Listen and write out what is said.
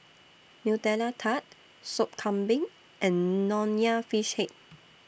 Nutella Tart Sop Kambing and Nonya Fish Head